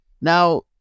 now